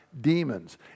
demons